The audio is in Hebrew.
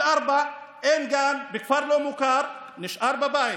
בגיל ארבע אין גן בכפר לא-מוכר, הוא נשאר בבית,